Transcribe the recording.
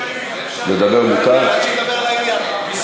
שידבר לעניין.